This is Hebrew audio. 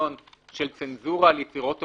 מנגנון של צנזורה על יצירות אומנות,